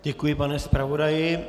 Děkuji, pane zpravodaji.